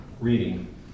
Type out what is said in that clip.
reading